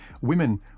women